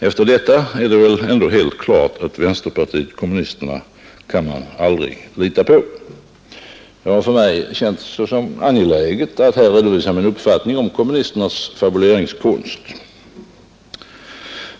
Efter detta är det väl ändå helt klart att vänsterpartiet kommunisterna kan man aldrig lita på. Det har för mig personligen känts angeläget att redovisa min uppfattning om kommunisternas fabuleringskonst.